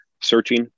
searching